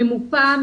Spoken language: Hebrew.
ממופה,